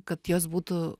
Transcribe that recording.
kad jos būtų